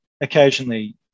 occasionally